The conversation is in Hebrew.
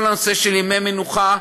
כל הנושא של ימי מנוחה,